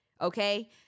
Okay